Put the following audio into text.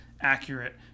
accurate